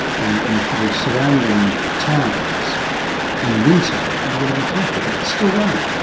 and and for the surrounding towns in winter you've got to be careful. but it's still running!